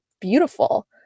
beautiful